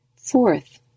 Fourth